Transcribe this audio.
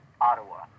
Ottawa